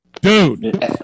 dude